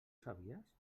sabies